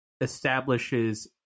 establishes